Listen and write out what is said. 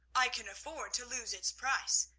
i can afford to lose its price,